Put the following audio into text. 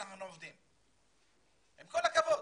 אנחנו --- גם לחברה הערבית יש חלק בזה.